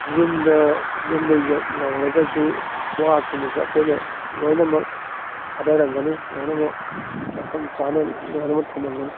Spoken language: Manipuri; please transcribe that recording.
ꯌꯨꯝꯗ ꯌꯨꯝꯗ ꯌꯧꯔꯒꯁꯨ ꯋꯥꯁꯤꯡꯗꯨꯁꯨ ꯑꯩꯈꯣꯏꯅ ꯂꯣꯏꯅꯃꯛ ꯊꯥꯗꯔꯝꯒꯅꯤ ꯂꯣꯏꯅꯃꯛ ꯃꯐꯝꯆꯥꯅ ꯂꯣꯏꯅꯃꯛ ꯊꯃꯝꯒꯅꯤ